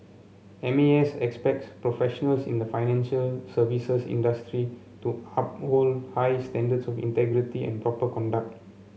M A S expects professionals in the financial services industry to uphold high standards of integrity and proper conduct